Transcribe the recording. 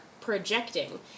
projecting